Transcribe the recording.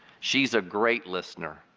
she's a great listener.